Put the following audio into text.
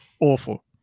awful